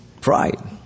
Pride